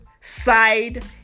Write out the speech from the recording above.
Side